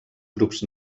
grups